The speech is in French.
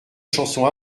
chanson